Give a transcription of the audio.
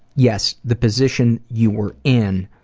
yes the position you were in